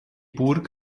burg